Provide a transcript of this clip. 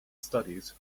studies